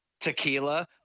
Tequila